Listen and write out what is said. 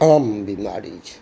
आम बिमारी छै